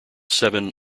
seven